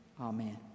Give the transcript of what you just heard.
Amen